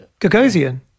Gagosian